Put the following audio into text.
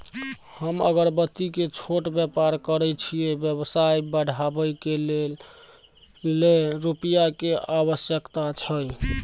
हम अगरबत्ती के छोट व्यापार करै छियै व्यवसाय बढाबै लै रुपिया के आवश्यकता छै?